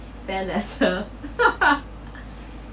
spend lesser